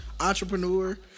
Entrepreneur